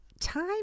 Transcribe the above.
time